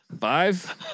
Five